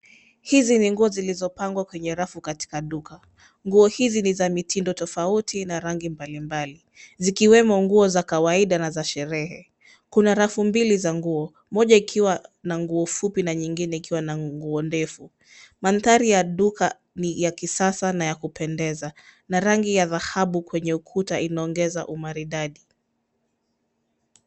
Hizi ni nguo zilizopangwa kwenye rafu katika duka. Nguo hizi ni za mitindo tofauti na rangi mbalimbali. Zikiwemo nguo za kawaida na za sherehe. Kuna rafu mbili za nguo moja ikiwa na nguo fupi na nyingine ikiwa na nguo ndefu. Mandhari ya duka ni ya kisasa na ya kupendeza na rangi ya dhahabu kwenye ukuta inaongeza umaridadi.